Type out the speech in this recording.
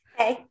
hey